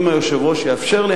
אם היושב-ראש יאפשר לי,